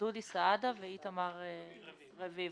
סעדה ואיתמר רביבו.